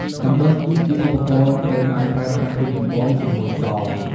កាំបិត គឺជាឧបករណ៍ត្រូវបានប្រើប្រាស់ជាចម្បងជាមួយសម។